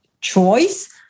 choice